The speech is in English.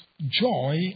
joy